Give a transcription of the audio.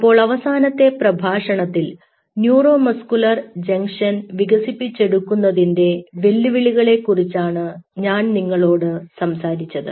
അപ്പോൾ അവസാനത്തെ പ്രഭാഷണത്തിൽ ന്യൂറോ മസ്കുലർ ജംഗ്ഷൻ വികസിപ്പിച്ചെടുക്കുന്നതിന്റെ വെല്ലുവിളികളെ കുറിച്ചാണ് ഞാൻ നിങ്ങളോട് സംസാരിച്ചത്